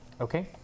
Okay